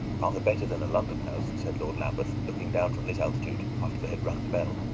rather better than a london house, said lord lambeth, looking down from this altitude, after they had rung the bell.